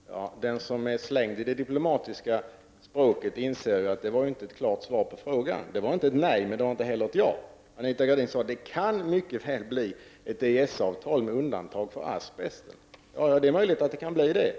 Herr talman! Den som är slängd i det diplomatiska språket inser att detta inte var ett klart svar på den ställda frågan. Svaret var inte ett nej. Men det var heller inte ett ja. Anita Gradin sade: ”Det kan mycket väl bli ett EES-avtal med asbesten som undantag.” Ja, det är möjligt att det kan bli så.